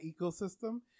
ecosystem